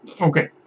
Okay